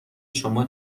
شما